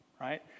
right